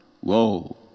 Whoa